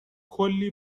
کلی